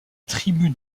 tribu